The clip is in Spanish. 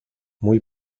muy